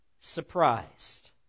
surprised